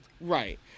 Right